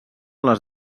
les